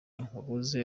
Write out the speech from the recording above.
yahoze